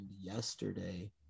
yesterday